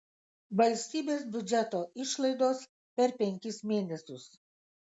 valstybės biudžeto išlaidos per penkis mėnesius